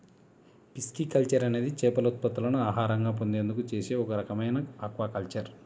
pisciculture అనేది చేపల ఉత్పత్తులను ఆహారంగా పొందేందుకు చేసే ఒక రకమైన ఆక్వాకల్చర్